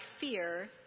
fear